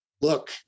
Look